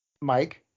Mike